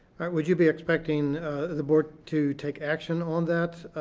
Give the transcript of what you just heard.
would you be expecting the board to take action on that